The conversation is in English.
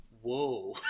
whoa